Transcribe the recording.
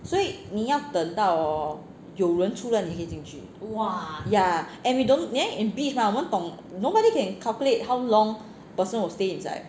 所以你要等到 hor 有人出来你才可以进去 yeah and we don't then in beach ah 我们懂 nobody can calculate how long a person will stay inside